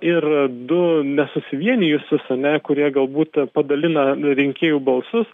ir du nesusivienijusius ane kurie galbūt ir padalina rinkėjų balsus